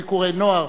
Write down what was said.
ביקורי נוער),